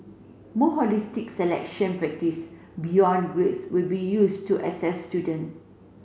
more holistic selection practice beyond grades will be used to assess student